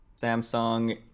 Samsung